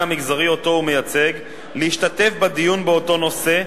המגזרי שאותו הוא מייצג להשתתף בדיון באותו נושא,